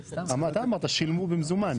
אתה אמרת שילמו במזומן.